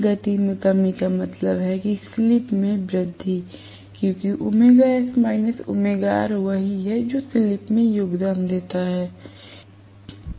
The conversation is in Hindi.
गति में कमी का मतलब है कि स्लिप में वृद्धि क्योंकि वही है जो स्लिप में योगदान देता है